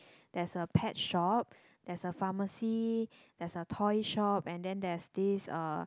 there's a pet shop there's a pharmacy there's a toy shop and then there's this uh